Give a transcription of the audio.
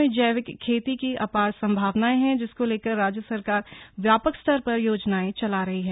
प्रदेश में जैविक खेती की अपार संभावनाएं हैं जिसको लेकर राज्य सरकार व्यापक स्तर पर योजनाएं चला रही है